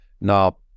Now